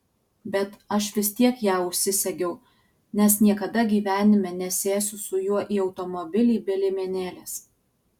bet aš vis tiek ją užsisegiau nes niekada gyvenime nesėsiu su juo į automobilį be liemenėlės